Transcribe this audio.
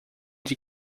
the